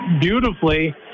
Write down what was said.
beautifully